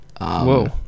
whoa